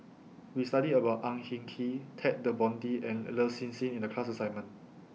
We studied about Ang Hin Kee Ted De Ponti and Lin Hsin Hsin in The class assignment